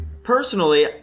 Personally